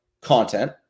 content